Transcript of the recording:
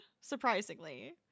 surprisingly